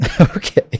Okay